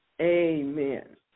Amen